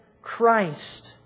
Christ